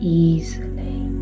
easily